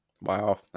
wow